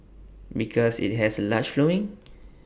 because IT has A large following